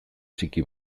txiki